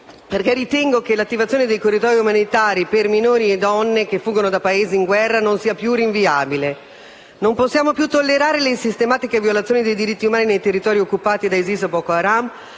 perché ritengo che l'attivazione di corridoi umanitari per minori e donne che fuggono da Paesi in guerra non sia più rinviabile. Non possiamo più tollerare le sistematiche violazioni dei diritti umani nei territori occupati da ISIS e Boko Haram,